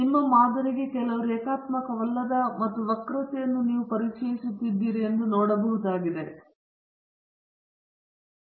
ನಿಮ್ಮ ಮಾದರಿಗೆ ಕೆಲವು ರೇಖಾತ್ಮಕವಲ್ಲದ ಅಥವಾ ವಕ್ರತೆಯನ್ನು ನೀವು ಪರಿಚಯಿಸುತ್ತಿದ್ದೀರೆಂದು ನೋಡಬಹುದಾಗಿದೆ ಆದರೆ ಗುಣಾಂಕಗಳು ಇನ್ನೂ ಬೀಟಾ 11 ಮತ್ತು ಬೀಟಾ 22 ರಂತೆ ಉಳಿದಿರುವವರೆಗೂ ಇದು ಒಂದು ಹಿಂಜರಿಕೆಯನ್ನು ರೂಪಿಸುತ್ತದೆ